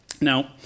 Now